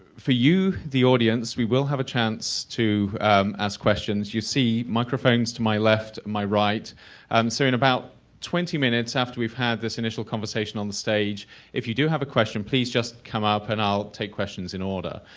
for you the audience, we will have a chance to ask questions, you see microphones to my left, my right, um so in about twenty minutes after we've had this initial conversation on stage if you do have a question please just come up and i'll take questions in order.